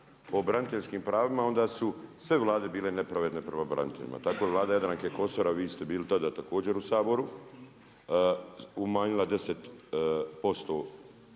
o braniteljskim pravima, onda su sve Vlade bile nepravedne prema braniteljima. Tako i Vlada Jadranke Kosor, a vi ste bili tada također u Saboru, umanjila 10%